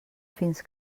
fins